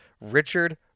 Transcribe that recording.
Richard